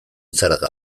zerga